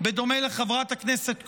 בדומה לחברת הכנסת כהן,